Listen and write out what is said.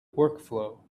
workflow